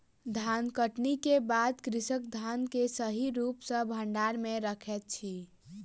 धानकटनी के बाद कृषक धान के सही रूप सॅ भंडार में रखैत अछि